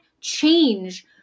change